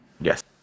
Yes